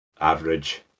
average